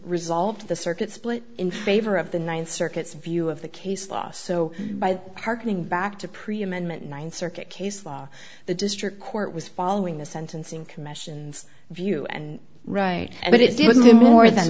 resolved the circuit split in favor of the ninth circuit's view of the case law so by the harking back to preeminent ninth circuit case law the district court was following the sentencing commission's view and right but it didn't get more than